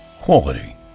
Quality